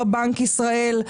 לא בנק ישראל,